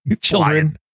children